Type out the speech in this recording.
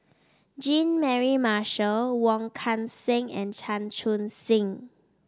Jean Mary Marshall Wong Kan Seng and Chan Chun Sing